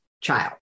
child